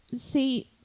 see